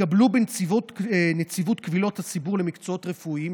התקבלו בנציבות קבילות הציבור למקצועות רפואיים,